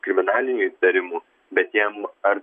kriminalinių įtarimų bet jam ar